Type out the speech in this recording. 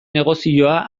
negozioa